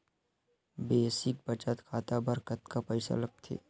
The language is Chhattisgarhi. बेसिक बचत खाता बर कतका पईसा लगथे?